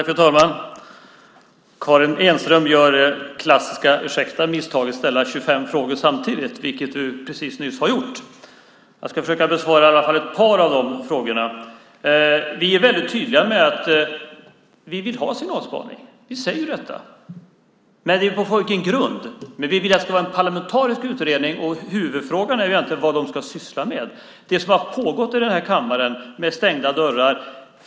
Fru talman! Karin Enström begår det klassiska misstaget att ställa 25 frågor samtidigt. Jag ska försöka besvara åtminstone ett par av dem. Vi är väldigt tydliga med att vi vill ha signalspaning. Men det handlar om på vilken grund. Vi vill att det ska vara en parlamentarisk utredning. Huvudfrågan är ju vad man ska syssla med. I behandlingen har det varit stängda dörrar.